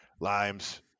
limes